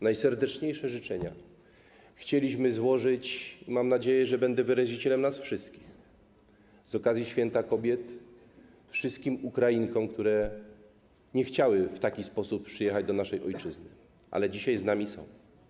Najserdeczniejsze życzenia również chcielibyśmy złożyć - mam nadzieję, że będę wyrazicielem nas wszystkich - z okazji święta kobiet wszystkim Ukrainkom, które nie chciały w taki sposób przyjechać do naszej ojczyzny, ale dzisiaj z nami są.